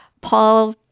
Paul